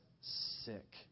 sick